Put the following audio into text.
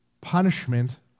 punishment